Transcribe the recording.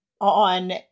on